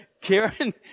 Karen